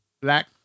black